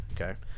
Okay